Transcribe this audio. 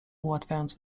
ułatwiając